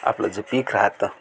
आपलं जे पीक राहतं